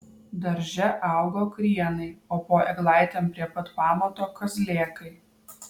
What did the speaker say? darže augo krienai o po eglaitėm prie pat pamato kazlėkai